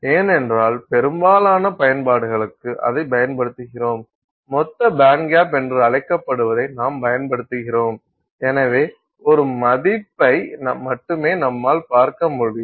ஏனென்றால் பெரும்பாலான பயன்பாடுகளுக்கு அதை பயன்படுத்துகிறோம் மொத்த பேண்ட்கேப் என்று அழைக்கப்படுவதை நாம் பயன்படுத்துகிறோம் எனவே ஒரு மதிப்பை மட்டுமே நம்மால் பார்க்க முடியும்